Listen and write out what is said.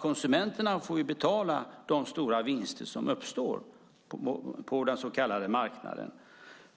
Konsumenterna får ju betala de stora vinster som uppstår på den så kallade marknaden.